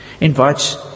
invites